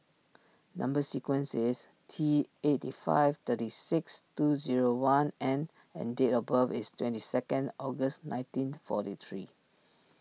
Number Sequence is T eight five thirty six two zero one N and date of birth is twenty second August nineteen forty three